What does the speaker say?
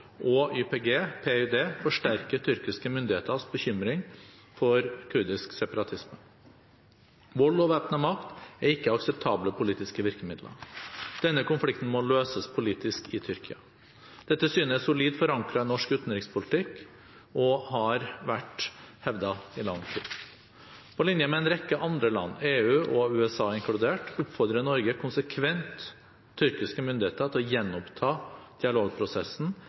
og PYD/YPG forsterker tyrkiske myndigheters bekymring for kurdisk separatisme. Vold og væpnet makt er ikke akseptable politiske virkemidler. Denne konflikten må løses politisk i Tyrkia. Dette synet er solid forankret i norsk utenrikspolitikk og har vært hevdet i lang tid. På linje med en rekke andre land, EU og USA inkludert, oppfordrer Norge konsekvent tyrkiske myndigheter til å gjenoppta dialogprosessen